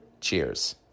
Cheers